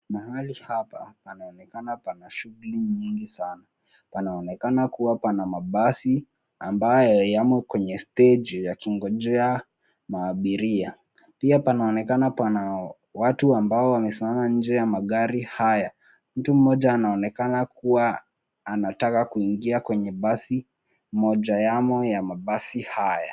Mahali hapa panaonekana pana shughuli nyingi sana. Panaonekana kua pana mabasi ambayo yamo kwenye stegi yakingojea abira. Pia panaonekana pana watu ambao wamesimama nje ya magari haya. Mtu mmoja anaonekana kua anataka kuingia kwenye basi, moja yamo ya mabasi haya.